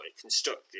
constructed